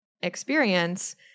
experience